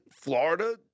Florida